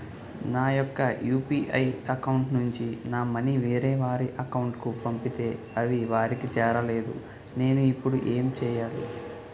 నా యెక్క UPI account నుంచి నా మనీ వేరే వారి అకౌంట్ కు పంపితే అవి వారికి చేరలేదు నేను ఇప్పుడు ఎమ్ చేయాలి?